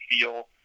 feel